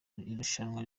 irushanwa